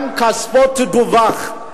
גם כספו ידוּוח.